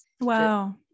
Wow